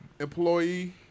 employee